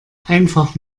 einfach